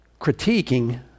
critiquing